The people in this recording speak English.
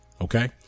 Okay